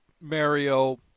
Mario